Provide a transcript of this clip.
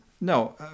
No